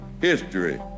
history